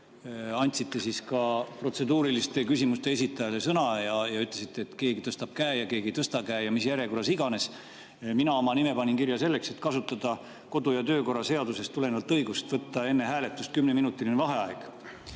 andsite protseduuriliste küsimuste esitajatele sõna, ütlesite, et keegi tõstab käe ja keegi ei tõsta kätt ja mis iganes järjekorras. Mina oma nime panin kirja selleks, et kasutada kodu‑ ja töökorra seadusest tulenevat õigust võtta enne hääletust kümneminutiline vaheaeg,